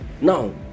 now